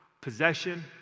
possession